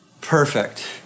perfect